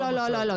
לא, לא, לא.